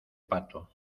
pato